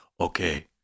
Okay